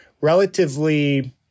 relatively